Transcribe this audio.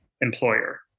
employer